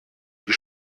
die